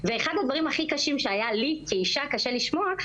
ואחד הדברים הכי קשים שהיו לי כאישה קשה לשמוע,